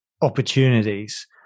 opportunities